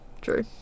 True